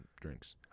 drinks